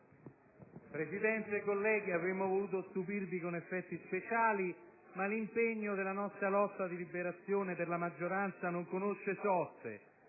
Presidente, colleghi, avremmo voluto stupirvi con effetti speciali, ma l'impegno della nostra lotta di liberazione per la maggioranza non conosce soste.